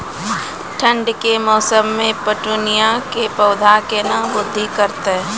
ठंड के मौसम मे पिटूनिया के पौधा केना बृद्धि करतै?